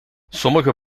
sommige